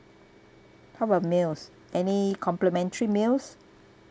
how about meals any complementary meals